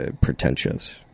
pretentious